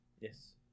Yes